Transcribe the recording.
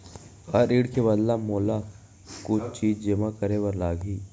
का ऋण के बदला म मोला कुछ चीज जेमा करे बर लागही?